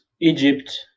Egypt